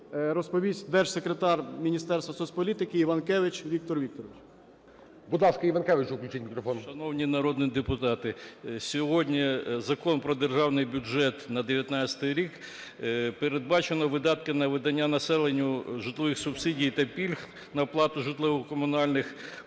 розповість Держсекретар Міністерства соцполітики Іванкевич Віктор Вікторович. ГОЛОВУЮЧИЙ. Будь ласка, Іванкевичу включіть мікрофон. 10:47:29 ІВАНКЕВИЧ В.В. Шановні народні депутати, сьогодні Закон "Про Державний бюджет на 2019 рік" передбачено видатки на видання населенню житлових субсидій та пільг на оплату житлово-комунальних послуг